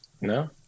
No